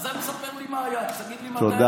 אז אל תספר לי מה היה, תגיד לי מתי